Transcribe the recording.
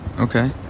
Okay